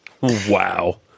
Wow